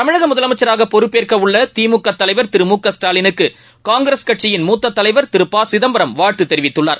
தமிழகமுதலமைச்சராகபொறுப்பேற்கவுள்ளதிமுகதலைவர் திரு மு க ஸ்டாலினுக்குகாங்கிரஸ் கட்சியின் மூத்ததலைவர் திரு ப சிதம்பரம் வாழ்த்துத் தெரிவித்துள்ளார்